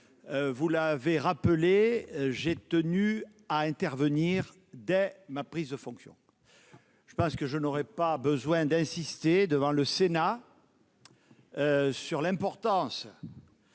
vous l'avez rappelé, j'ai tenu à intervenir dès ma prise de fonctions. Je pense qu'il n'est nul besoin d'insister devant le Sénat sur l'importance